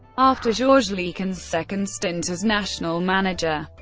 after georges leekens' second stint as national manager,